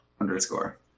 Underscore